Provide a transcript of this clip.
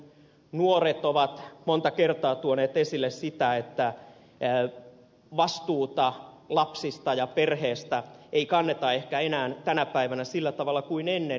nuoret ovat monta kertaa tuoneet esille sitä että vastuuta lapsista ja perheestä ei kanneta ehkä enää tänä päivänä sillä tavalla kuin ennen